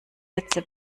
letzte